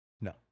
No